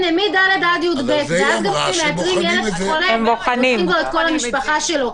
אז כשמאתרים ילד חולה, מאתרים את כל המשפחה שלו.